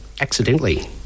Accidentally